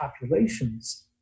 populations